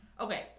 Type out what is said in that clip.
Okay